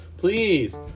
Please